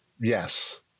Yes